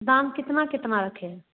दाम कितना कितना रखे हैं